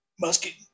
musket